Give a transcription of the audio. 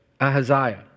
Ahaziah